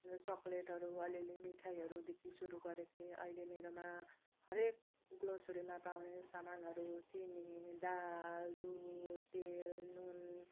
र चकलेटहरू अलि अलि मिठाईहरूदेखि सुरु गरेको थिएँ अहिले मेरोमा हरएक ग्रोसरीमा पाउने सामानहरू चिनी दाल दुध तेल नुन